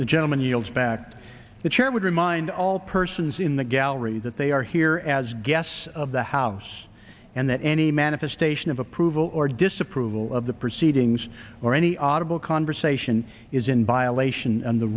the gentleman yields back to the chair would remind all persons in the gallery that they are here as guests of the house and that any manifestation of approval or disapproval of the proceedings or any audible conversation is in violation of the